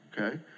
Okay